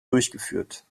durchgeführt